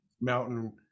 mountain